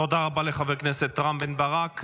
תודה רבה לחבר הכנסת רם בן ברק.